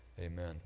Amen